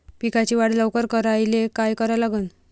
पिकाची वाढ लवकर करायले काय करा लागन?